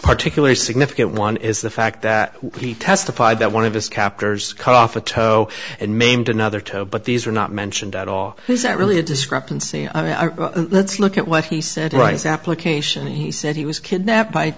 particularly significant one is the fact that he testified that one of his captors cut off a toe and maimed another toe but these were not mentioned at all is that really a discrepancy i mean let's look at what he said rice application and he said he was kidnapped by